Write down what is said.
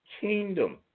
kingdom